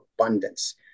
abundance